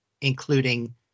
including